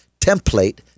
template